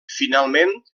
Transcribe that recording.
finalment